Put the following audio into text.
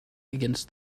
against